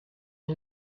and